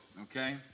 okay